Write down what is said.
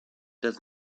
does